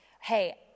Hey